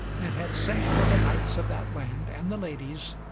and had sent for the knights of that land, and the ladies,